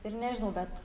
ir nežinau bet